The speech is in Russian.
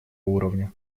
уровня